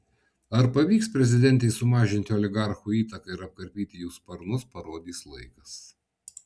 ar pavyks prezidentei sumažinti oligarchų įtaką ir apkarpyti jų sparnus parodys laikas